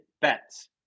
bets